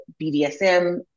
BDSM